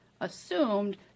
assumed